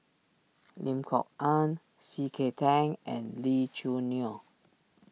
Lim Kok Ann C K Tang and Lee Choo Neo